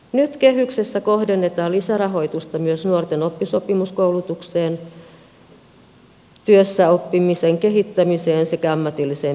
nyt kehyksessä kohdennetaan lisärahoitusta myös nuorten oppisopimuskoulutukseen työssäoppimisen kehittämiseen sekä ammatilliseen peruskoulutukseen